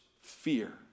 fear